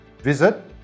Visit